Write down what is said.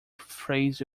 phrase